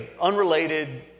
unrelated